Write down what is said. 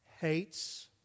Hates